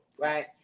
right